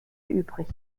übrig